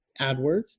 AdWords